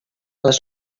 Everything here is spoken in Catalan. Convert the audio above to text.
les